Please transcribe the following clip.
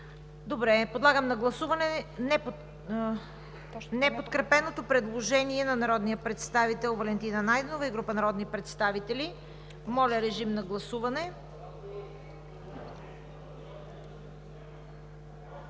виждам. Подлагам на гласуване неподкрепеното предложение на народния представител Валентина Найденова и група народни представители. Гласували